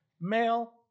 male